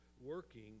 working